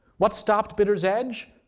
what stopped bidder's edge?